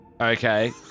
Okay